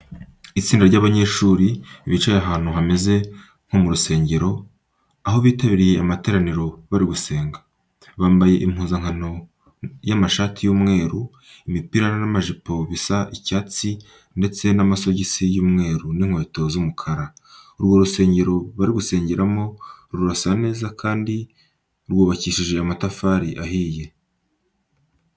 Itsinda ry'abanyeshuri bicaye ahantu hameze nko mu rusengero, aho bitabiriye amateraniro bari gusenga. Bambaye impuzankano y'amashati y'umweru, imipira n'amajipo bisa icyatsi ndetse n'amasogisi y'umweru n'inkweto z'umukara. Urwo rusengero bari gusengeramo rurasa neza kandi rwubakishije amatafari ahiye.